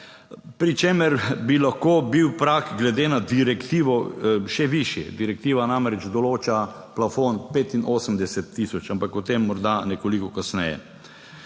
pri čemer bi lahko bil prag glede na direktivo še višji, direktiva namreč določa plafon 85 tisoč, ampak o tem morda nekoliko kasneje.